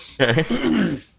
Okay